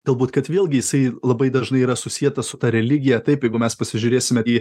galbūt kad vėlgi jisai labai dažnai yra susietas su ta religija taip jeigu mes pasižiūrėsime į